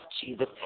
Jesus